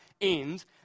end